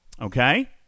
Okay